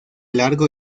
largo